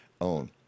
own